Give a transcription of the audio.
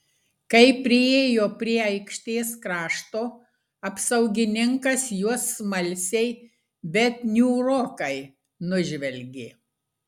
kai priėjo prie aikštės krašto apsaugininkas juos smalsiai bet niūrokai nužvelgė